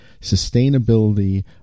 sustainability